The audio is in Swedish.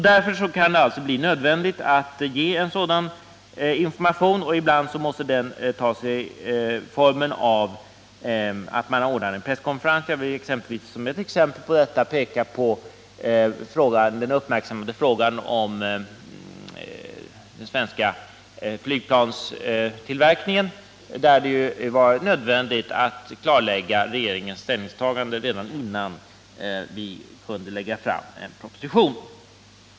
Därför kan det alltså bli nödvändigt att ge en sådan information, och det måste ibland ske i form av en presskonferens. Jag vill som ett exempel på detta peka på den uppmärksammade frågan om den svenska flygplanstillverkningen, där det ju var nödvändigt att klargöra regeringens ställningstagande redan innan vi kunde lägga fram en proposition.